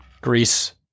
Greece